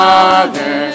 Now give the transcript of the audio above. Father